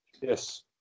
Yes